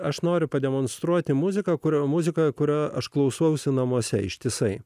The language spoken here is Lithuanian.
aš noriu pademonstruoti muziką kurio muzikoje kurio aš klausausi namuose ištisai